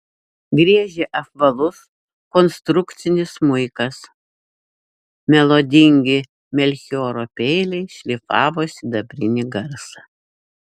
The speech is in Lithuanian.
griežė apvalus konstrukcinis smuikas melodingi melchioro peiliai šlifavo sidabrinį garsą